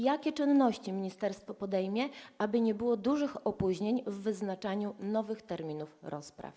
Jakie czynności ministerstwo podejmie, aby nie było dużych opóźnień, jeśli chodzi o wyznaczanie nowych terminów rozpraw?